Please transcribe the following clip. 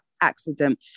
accident